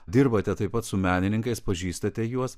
dirbate taip pat su menininkais pažįstate juos